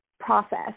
process